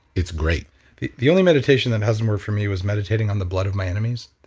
it's great the the only meditation that hasn't worked for me was meditating on the blood of my enemies